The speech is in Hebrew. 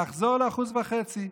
לחזור ל-1.5%.